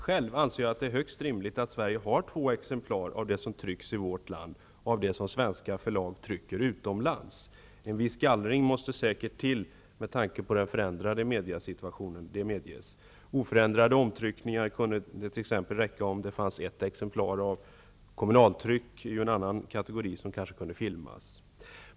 Själv anser jag att det är högst rimligt att Sverige har två exemplar av det som trycks i vårt land och av det som svenska förlag trycker utomlands. En viss gallring måste säkert till med tanke på den förändrade mediesituationen, det medges. Det kunde t.ex. räcka om det fanns ett exemplar av oförändrade omtryckningar. Kommunaltryck är en annan kategori som kanske kunde filmas.